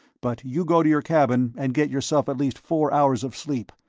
but you go to your cabin and get yourself at least four hours of sleep.